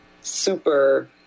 super